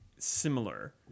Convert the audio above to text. Similar